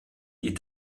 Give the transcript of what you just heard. die